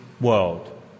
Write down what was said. world